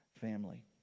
family